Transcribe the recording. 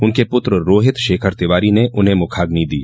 उनके पुत्र रोहित शेखर तिवारी ने उन्हें मुखाग्नि दी